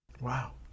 Wow